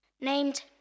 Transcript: named